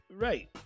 Right